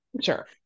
sure